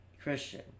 Christian